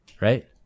Right